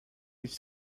his